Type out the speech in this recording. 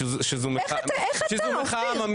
שזו מחאה עממית,